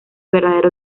verdadero